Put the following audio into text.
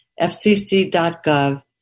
fcc.gov